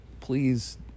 please